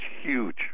huge